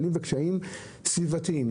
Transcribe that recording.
הקשיים הסביבתיים.